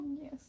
Yes